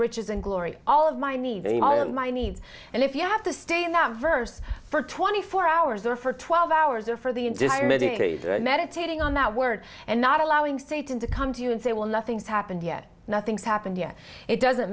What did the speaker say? riches and glory all of my need my needs and if you have to stay in that verse for twenty four hours or for twelve hours or for the meditating on that word and not allowing satan to come to you and say well nothing's happened yet nothing's happened yet it doesn't